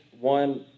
one